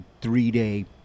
three-day